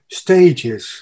stages